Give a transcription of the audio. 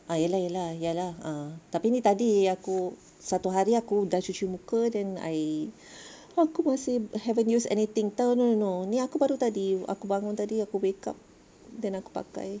ah ye lah ye lah ya lah tapi ni tadi aku satu hari aku dah cuci muka then I aku masih haven't use anything toner no ni aku baru tadi aku bangun tadi aku wake up then aku pakai